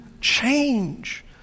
change